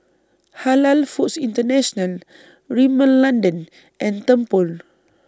Halal Foods International Rimmel London and Tempur